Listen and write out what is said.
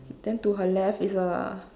then to her left is a